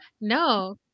No